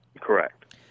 Correct